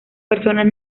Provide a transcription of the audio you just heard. personas